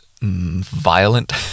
violent